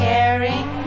Caring